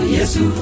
Yesu